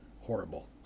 horrible